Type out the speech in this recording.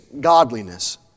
godliness